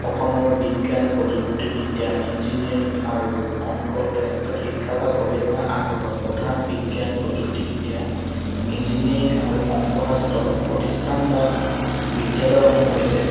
অসমৰ বিজ্ঞান প্ৰযুক্তিবিদ্যা ইঞ্জিনিয়াৰিং আৰু অংকৰ ক্ষেত্ৰত শিক্ষা বা গৱেষণা আগ্ৰহ প্ৰধান বিজ্ঞান প্ৰযুক্তিবিদ্যা ইঞ্জিনিয়াৰিং আৰু অংক শাস্ত্ৰৰ প্ৰতিষ্ঠান বা বিদ্যালয়সমূহ হৈছে